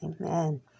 Amen